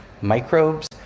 microbes